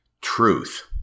truth